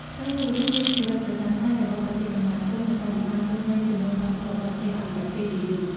ក្នុងនោះ រួមទាំងជីវិតប្រចាំថ្ងៃរបស់ប្រទេសកំណើតខ្លួន បន្ទាប់ពីបានរស់នៅជាមួយវប្បធម៌បរទេសអស់រយៈពេលជាយូរ។